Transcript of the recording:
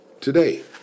today